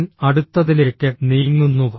ഞാൻ അടുത്തതിലേക്ക് നീങ്ങുന്നു